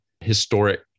historic